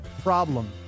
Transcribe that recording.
problem